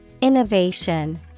Innovation